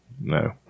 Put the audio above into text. No